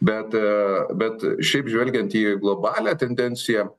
bet bet šiaip žvelgiant į globalią tendenciją